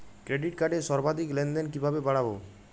Credit কার্ডের সর্বাধিক লেনদেন কিভাবে বাড়াবো?